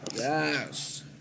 Yes